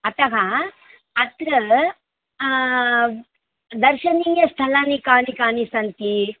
अतः अत्र दर्शनीयस्थलानि कानि कानि सन्ति